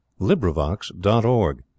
LibriVox.org